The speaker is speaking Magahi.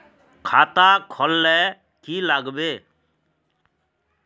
खाता खोल ले की लागबे?